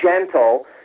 gentle